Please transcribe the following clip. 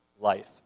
life